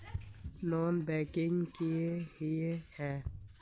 Non banking किए हिये है?